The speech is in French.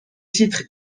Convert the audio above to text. titres